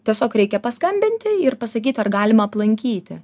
tiesiog reikia paskambinti ir pasakyt ar galima aplankyti